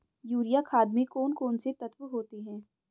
Urea खाद में कौन कौन से तत्व होते हैं?